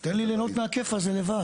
תן לי ליהנות מהכיף הזה לבד.